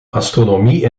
astronomie